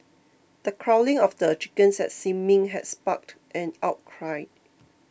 the culling of the chickens at Sin Ming had sparked an outcry